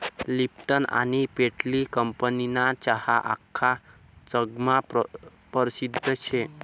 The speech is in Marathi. लिप्टन आनी पेटली कंपनीना चहा आख्खा जगमा परसिद्ध शे